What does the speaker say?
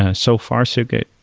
ah so far so good.